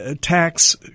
tax